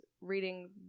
reading